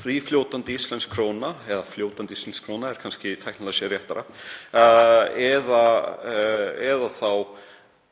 frífljótandi íslensk króna — fljótandi íslensk króna er kannski tæknilega séð réttara — eða þá